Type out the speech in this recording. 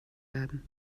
werden